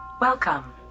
Welcome